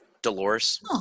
Dolores